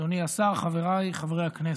אדוני השר, חבריי חברי הכנסת,